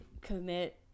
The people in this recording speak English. commit